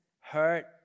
hurt